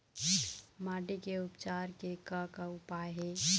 माटी के उपचार के का का उपाय हे?